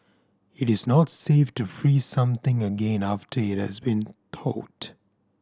it is not safe to freeze something again after it has been thawed